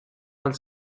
als